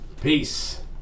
Peace